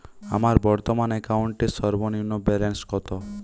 আমার বর্তমান অ্যাকাউন্টের সর্বনিম্ন ব্যালেন্স কত?